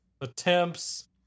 attempts